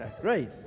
great